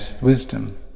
wisdom